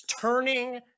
turning